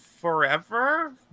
Forever